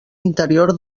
interior